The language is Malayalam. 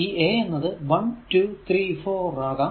ഈ a എന്നത് 1 2 3 4 ആകാം